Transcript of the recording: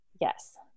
yes